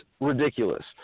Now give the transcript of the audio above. ridiculous